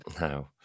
no